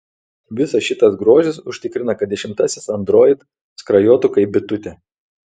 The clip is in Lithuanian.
visas šitas grožis užtikrina kad dešimtasis android skrajotų kaip bitutė